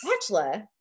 spatula